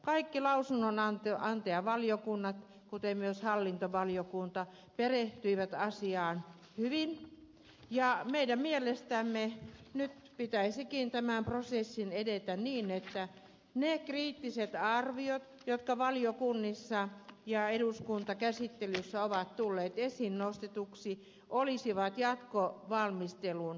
kaikki lausunnonantajavaliokunnat kuten myös hallintovaliokunta perehtyivät asiaan hyvin ja meidän mielestämme nyt pitäisikin tämän prosessin edetä niin että ne kriittiset arviot jotka valiokunnissa ja eduskuntakäsittelyssä ovat tulleet esiin nostetuiksi olisivat jatkovalmistelun pohjana